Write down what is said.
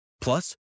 Plus